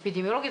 אפידמיולוגית,